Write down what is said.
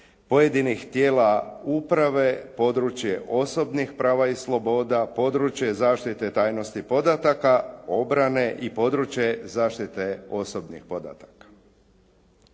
pojedinih tijela uprave, područje osobnih prava i sloboda, područje zaštite tajnosti podataka obrane i područje zaštite osobnih podataka.